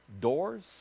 doors